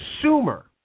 consumer